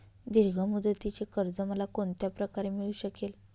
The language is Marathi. दीर्घ मुदतीचे कर्ज मला कोणत्या प्रकारे मिळू शकेल?